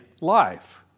life